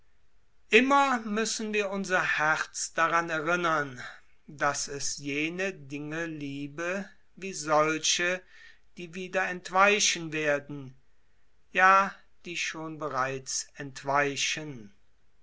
immer müssen wir unser herz daran erinnern daß es liebe wie solche die wieder entweichen wer den ja die schon bereits entweichen